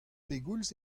pegoulz